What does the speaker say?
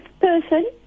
person